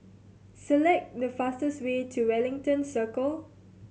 select the fastest way to Wellington Circle